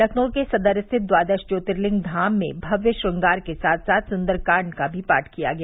लखनऊ के सदर स्थित द्वादश ज्योर्तिलिंग धाम में भव्य श्रंगार के साथ साथ सुन्दर कांड का पाठ भी किया गया